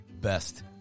Best